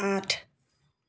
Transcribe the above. আঠ